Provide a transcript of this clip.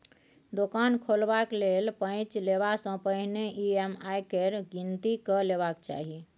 दोकान खोलबाक लेल पैंच लेबासँ पहिने ई.एम.आई केर गिनती कए लेबाक चाही